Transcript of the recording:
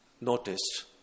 noticed